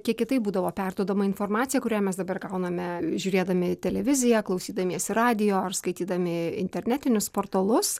kiek kitaip būdavo perduodama informacija kurią mes dabar gauname žiūrėdami televiziją klausydamiesi radijo ar skaitydami internetinius portalus